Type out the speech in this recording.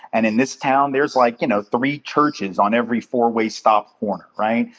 and in this town there's like, you know, three churches on every four-way stop corner, right?